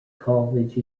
college